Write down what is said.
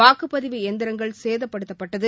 வாக்குப் பதிவு எந்திரங்கள் சேதப்படுத்தப்பட்டது